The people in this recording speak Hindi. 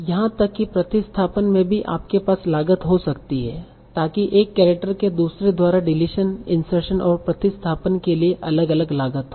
यहां तक कि प्रतिस्थापन में भी आपके पास लागत हो सकती है ताकि एक केरेक्टर के दूसरे द्वारा डिलीशन इंसर्शन और प्रतिस्थापन के लिए अलग अलग लागत हो